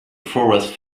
forest